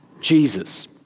Jesus